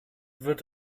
wird